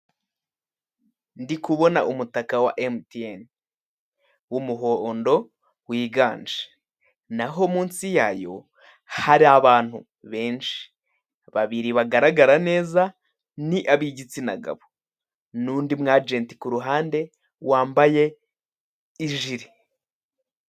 Ndi kubona umutaka wa emutiyene w'umuhondo wiganje n'aho munsi yayo hari abantu benshi ahagaragara neza ni ab'igitsina gabo n'undi mwajenti ku ruhande wambaye ijire.